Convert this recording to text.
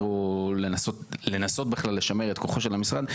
או לנסות בכלל לשמר את כוחו של המשרד,